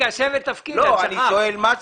אני שואל מה זה.